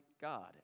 God